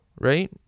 right